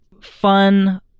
fun